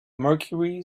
mercury